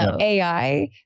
AI